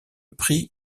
prix